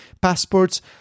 passports